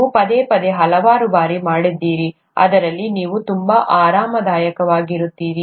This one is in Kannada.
ನೀವು ಪದೇ ಪದೇ ಹಲವಾರು ಬಾರಿ ಮಾಡಿದ್ದೀರಿ ಅದರಲ್ಲಿ ನೀವು ತುಂಬಾ ಆರಾಮದಾಯಕವಾಗುತ್ತೀರಿ